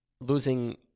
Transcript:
losing